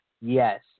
yes